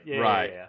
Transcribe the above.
right